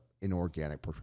inorganic